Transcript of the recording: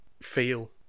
feel